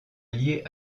liés